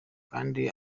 kdi